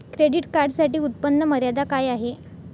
Credit कार्डसाठी उत्त्पन्न मर्यादा काय आहे?